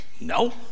No